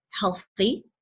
healthy